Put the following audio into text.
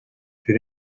two